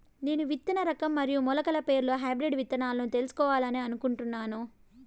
నేను విత్తన రకం మరియు మొలకల పేర్లు హైబ్రిడ్ విత్తనాలను తెలుసుకోవాలని అనుకుంటున్నాను?